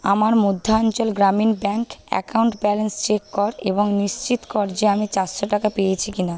আমার Madhyanchal Gramin bank account balance check কর এবং নিশ্চিত কর যে আমি চারশো টাকা পেয়েছি কিনা